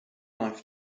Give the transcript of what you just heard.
life